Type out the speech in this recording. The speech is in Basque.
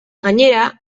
gainera